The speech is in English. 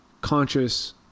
conscious